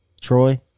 Troy